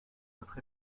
notre